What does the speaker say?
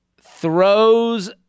throws